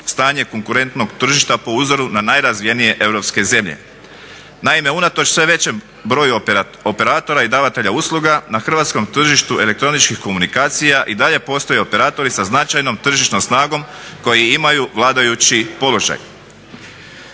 stanje konkurentnog tržišta po uzoru na najrazvijenije europske zemlje. Naime, unatoč sve većem broju operatora i davatelja usluga na hrvatskom tržištu elektroničkih komunikacija i dalje postoje operatori sa značajnom tržišnom snagom koji imaju vladajući položaj.